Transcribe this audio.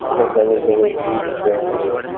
اَچھا چلو چلو ٹھیٖک چھُ بہٕ یِمہٕ بہٕ یِمہٕ